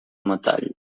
metall